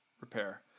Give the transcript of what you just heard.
repair